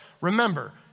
Remember